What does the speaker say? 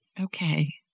Okay